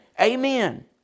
Amen